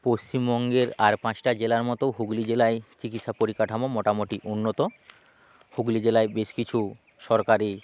পশ্চিমবঙ্গের আর পাঁচটা জেলার মতো হুগলি জেলায় চিকিৎসা পরিকাঠামো মোটামুটি উন্নত হুগলি জেলায় বেশ কিছু সরকারি